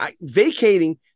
vacating